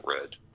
red